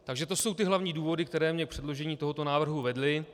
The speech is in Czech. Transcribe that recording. Takže to jsou ty hlavní důvody, které mě k předložení tohoto návrhu vedly.